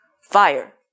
fire